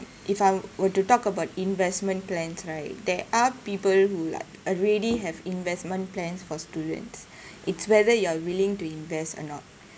if I were to talk about investment plans right there are people who like already have investment plans for students it's whether you are willing to invest or not